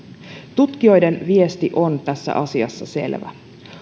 tutkijoiden viesti on tässä asiassa selvä